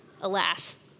alas